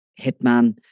hitman